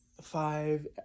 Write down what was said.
five